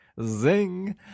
zing